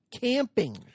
camping